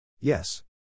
Yes